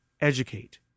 educate